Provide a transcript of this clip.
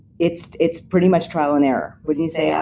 it's it's pretty much trial and error, wouldn't you say, abby?